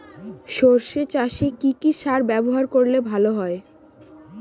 সর্ষে চাসে কি কি সার ব্যবহার করলে ভালো হয়?